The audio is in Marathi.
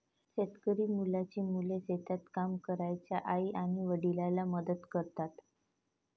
शेतकरी मुलांची मुले शेतात काम करणाऱ्या आई आणि वडिलांना मदत करतात